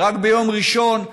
ורק ביום ראשון,